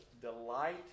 delight